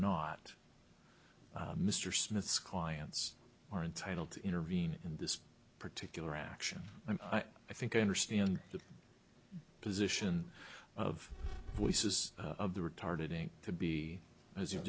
not mr smith's clients are entitled to intervene in this particular action i think i understand the position of voices of the retarded a to b as you